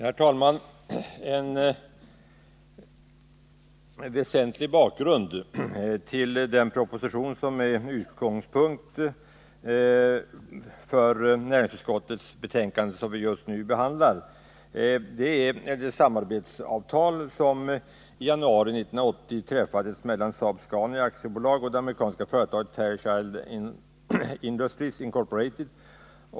Herr talman! En väsentlig bakgrund till den proposition som är utgångspunkt för det betänkande från näringsutskottet som vi just nu behandlar är det samarbetsavtal som i januari 1980 träffades mellan Saab-Scania AB och det amerikanska företaget Fairchild Industries Inc.